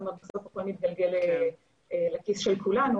הכול מתגלגל לכיס של כולנו,